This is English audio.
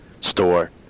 store